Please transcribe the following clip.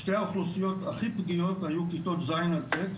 שתי האוכלוסיות הכי פגיעות היו כיתות ז' עד ט',